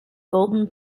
golden